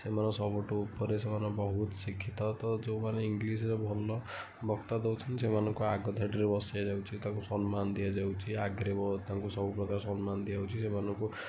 ସେମାନେ ସବୁଠୁ ଉପରେ ସେମାନେ ବହୁତ ଶିକ୍ଷିତ ତ ଯୋଉମାନେ ଇଂଗ୍ଲିଶ୍ରେ ଭଲ ବକ୍ତା ଦେଉଛନ୍ତି ସେମାନଙ୍କୁ ଆଗ ଧାଡ଼ିରେ ବସାଯାଉଛି ତାକୁ ସମ୍ମାନ ଦିଆଯାଉଛି ଆଗରେ ବ ତାଙ୍କୁ ସବୁ ପ୍ରକାର ସମ୍ମାନ ଦିଆଯାଉଛି ସେମାନଙ୍କୁ